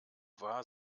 war